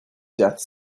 death